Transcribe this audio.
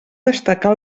destacar